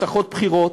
הבטחות בחירות.